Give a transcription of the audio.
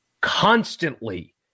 constantly